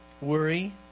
worry